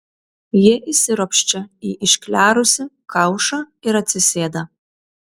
jie įsiropščia į išklerusį kaušą ir atsisėda